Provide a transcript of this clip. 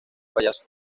payaso